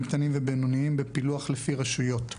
קטנים ובינוניים בפילוח לפי רשויות.